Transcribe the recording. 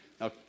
Now